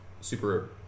super